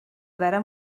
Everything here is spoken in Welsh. ymarfer